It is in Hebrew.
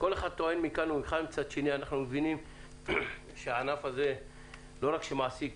אנחנו מבינים שמדובר בענף שמעסיק